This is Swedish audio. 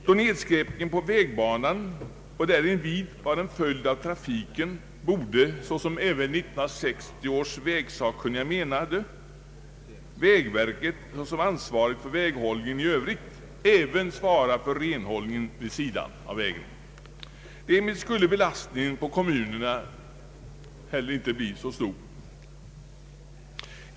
Då nedskräpningen på vägbanan och därinvid var en följd av trafiken borde, såsom även 1960 års vägsakkunniga menade, vägverket såsom ansvarigt för väghållningen i övrigt även svara för väghållningen vid sidan av vägen. Därmed skulle belastningen på kommunerna inte bli så stor.